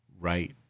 right